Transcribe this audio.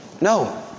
no